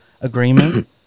agreement